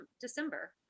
december